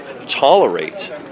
tolerate